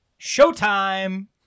showtime